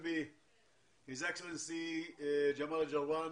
ג'מאל אלג'רואן,